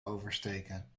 oversteken